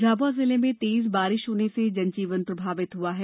झाबुआ जिले में तेज बारिश होने से जनजीवन प्रभावित हुआ है